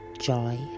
joy